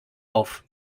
auf